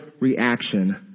reaction